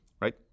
Right